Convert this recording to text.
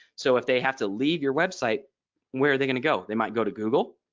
so if they have to leave your website where are they going to go? they might go to google